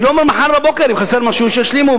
אני לא אומר מחר בבוקר, אם חסר משהו שישלימו.